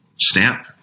stamp